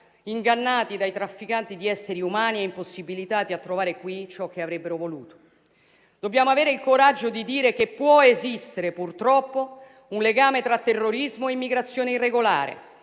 ingannati dai trafficanti di esseri umani e impossibilitati a trovare qui ciò che avrebbero voluto. Dobbiamo avere il coraggio di dire che può esistere, purtroppo, un legame tra terrorismo e immigrazione irregolare